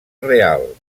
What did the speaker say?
real